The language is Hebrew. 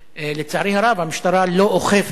לצערי הרב המשטרה לא אוכפת